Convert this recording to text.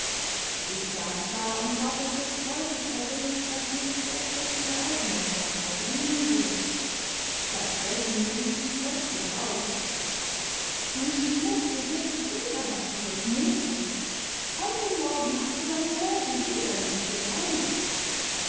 ich saß da und wartete freudig erregt daß miß scatcherd ihre aufmerksamkeit rühmen würde statt dessen rief sie plötzlich aus du schmutziges widerwärtiges mädchen heute morgen hast du deine nägel wieder nicht gereinigt